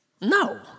No